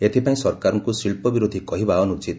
ଏଥିପାଇଁ ସରକାରଙ୍କୁ ଶିଳ୍ପ ବିରୋଧୀ କହିବା ଅନୁଚିତ